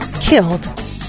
killed